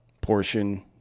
portion